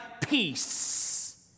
peace